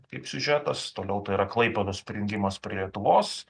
kaip siužetas toliau tai yra klaipėdos prijungimas prie lietuvos